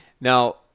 Now